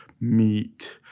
meat